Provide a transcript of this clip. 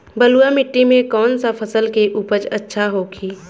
बलुआ मिट्टी में कौन सा फसल के उपज अच्छा होखी?